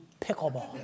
Pickleball